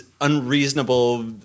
unreasonable